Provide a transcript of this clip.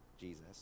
Jesus